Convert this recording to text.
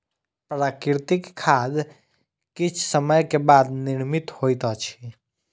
प्राकृतिक खाद किछ समय के बाद निर्मित होइत अछि